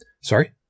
Sorry